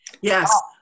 Yes